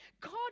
God